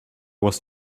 was